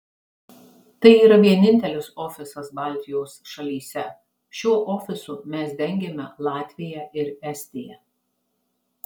tai yra vienintelis ofisas baltijos šalyse šiuo ofisu mes dengiame latviją ir estiją